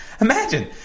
Imagine